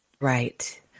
Right